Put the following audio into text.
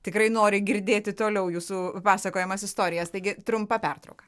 tikrai nori girdėti toliau jūsų pasakojamas istorijas taigi trumpa pertrauka